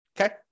okay